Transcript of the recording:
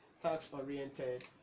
tax-oriented